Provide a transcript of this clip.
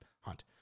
Hunt